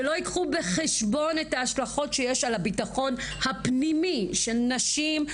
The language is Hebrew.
שלא ייקחו בחשבון את ההשלכות שיש על הביטחון הפנימי של נשים,